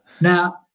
now